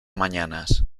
mañanas